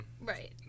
Right